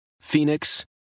Phoenix